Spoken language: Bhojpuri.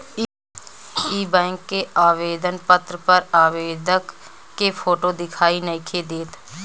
इ बैक के आवेदन पत्र पर आवेदक के फोटो दिखाई नइखे देत